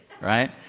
right